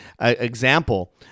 example